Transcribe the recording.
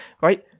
right